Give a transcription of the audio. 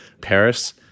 Paris